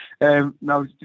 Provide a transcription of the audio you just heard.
No